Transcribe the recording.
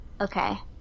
Okay